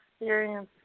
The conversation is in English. experience